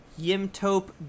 Yimtope